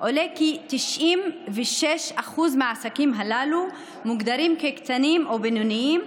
עולה כי 96% מהעסקים הללו מוגדרים כקטנים ובינוניים,